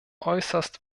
äußerst